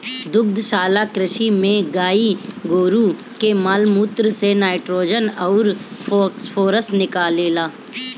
दुग्धशाला कृषि में गाई गोरु के माल मूत्र से नाइट्रोजन अउर फॉस्फोरस निकलेला